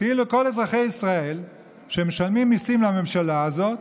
כאילו כל אזרחי ישראל שמשלמים מיסים לממשלה הזאת,